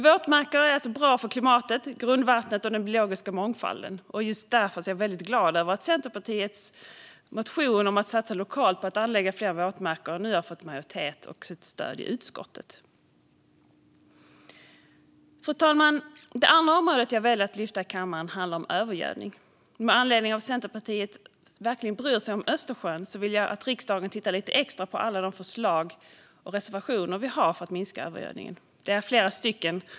Våtmarker är alltså bra för klimatet, grundvattnet och den biologiska mångfalden. Just därför är jag väldigt glad över att Centerpartiets motion om att satsa lokalt på att anlägga fler våtmarker nu har fått majoritet och stöd i utskottet. Fru talman! Det andra område jag väljer att lyfta i kammaren handlar om övergödning. Med anledning av att Centerpartiet verkligen bryr sig om Östersjön vill jag att riksdagen tittar lite extra på alla de förslag och reservationer vi har för att minska övergödningen. Det är flera stycken.